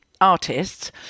artists